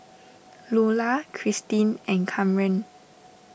Lulah Cristin and Kamren